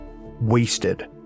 wasted